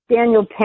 Daniel